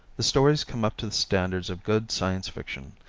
the stories come up to the standards of good science fiction,